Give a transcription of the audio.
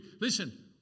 Listen